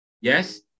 Yes